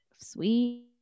sweet